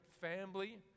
family